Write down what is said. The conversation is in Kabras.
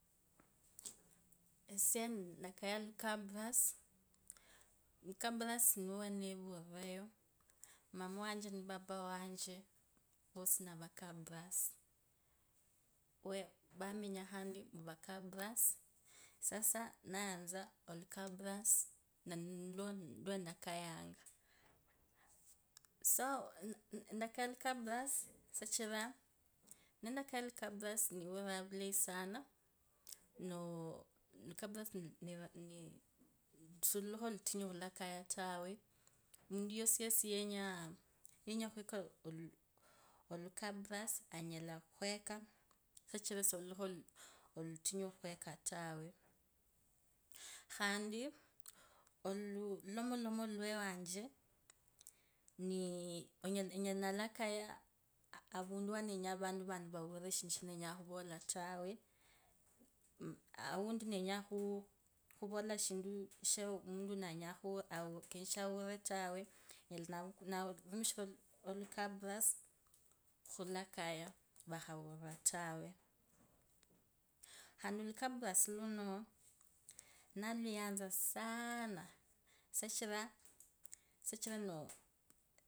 Esie endanyanga olukabarasi evukabarasi nio wendevururwao, papa wanje ne mama wanje vosi nevakabarasi. vamenya khandi muvakabarasi sasa nayatsa sana alukabarasi ne nulwe iwendekayanga, soo endakayong olukabarasi sichira nendekaya olukabarasi, niwuriranga vulayi sana novo. omuntu wasiwasi wenya wenya khweka olukabarasi anyala khweka, sichira silurikho olutungu khweka tawe. khandi oluulomotomo iwewache, ni enyela ndalakaya ovuntu wenenya avantu vanti vourire sichira nenyenga khuvola tawe. Aundi nenyenga khuvola eshindu she omuntu uno kenyakha ourire tawe, enyola khurumishira. Olukabarasi okhulaya. vakhaurira tawe khandi olukubarasi iuno ndaluyatsa saana sichira shichira noo.